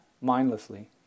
mindlessly